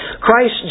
Christ